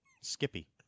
Skippy